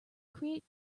create